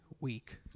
week